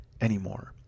anymore